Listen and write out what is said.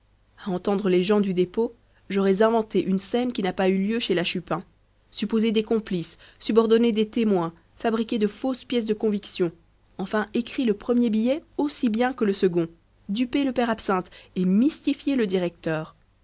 à entendre les gens du dépôt j'aurais inventé une scène qui n'a pas eu lieu chez la chupin supposé des complices suborné des témoins fabriqué de fausses pièces de conviction enfin écrit le premier billet aussi bien que le second dupé le père absinthe et mystifié le directeur